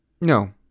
No